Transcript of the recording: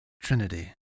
Trinity